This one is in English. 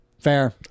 Fair